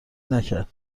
نکرد